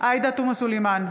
עאידה תומא סלימאן,